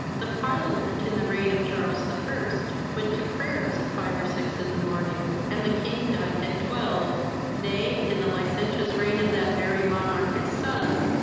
the parliament, in the reign of charles the first, went to prayers at five or six in the morning, and the king dined at twelve nay, in the licentious reign of that merry monarch, his son,